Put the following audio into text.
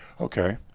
Okay